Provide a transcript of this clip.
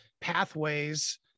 pathways